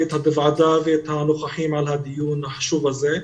את הוועדה ואת הנוכחים על הדיון החשוב הזה.